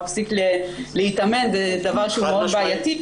הוא מפסיק להתאמן זה דבר שהוא מאוד בעייתי.